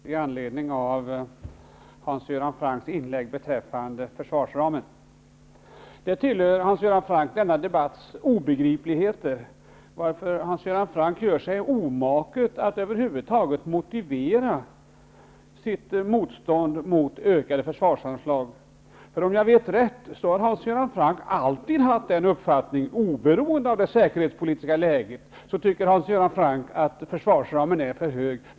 Herr talman! Även om tiden är kort vill jag tillåta mig ett par ord med anledning av Hans Göran Det tillhör denna debatts obegripligheter att Hans Göran Franck gör sig omaket att över huvud taget motivera sitt motstånd mot ökade försvarsanslag. Min uppfattning är att Hans Göran Franck alltid har haft den uppfattningen, oberoende av det säkerhetspolitiska läget, att försvarsramen är för omfattande.